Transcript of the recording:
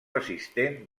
assistent